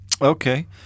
Okay